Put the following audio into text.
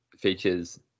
Features